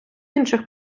інших